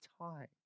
time